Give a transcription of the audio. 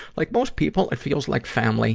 like most people, it feels like family